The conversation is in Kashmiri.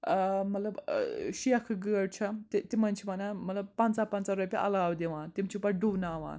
مطلب شیخہٕ گٲڑۍ چھِ تہِ تِمَن چھِ وَنان مطلب پَنژاہ پَنژاہ رۄپیہِ علاوٕ دِوان تِم چھِ پَتہٕ ڈُبناوان